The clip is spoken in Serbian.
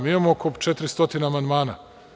Mi imamo oko 400 amandmana.